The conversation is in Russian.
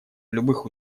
любых